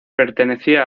pertenecía